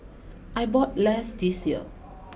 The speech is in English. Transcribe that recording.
I bought less this year